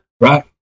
right